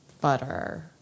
butter